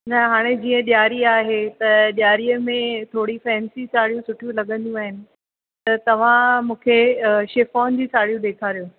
न हाणे जीअं ॾियारी आहे त ॾियारीअ में थोरी फैंसी साड़ियूं सुठियूं लॻंदियूं आहिनि त तव्हां मूंखे शिफॉन जी साड़ियूं ॾेखारियो